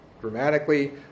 dramatically